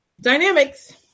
Dynamics